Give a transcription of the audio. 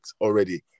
already